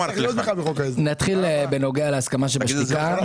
בשתיקה --- נתחיל בנוגע להסכמה שבשתיקה.